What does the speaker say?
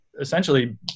essentially